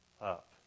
up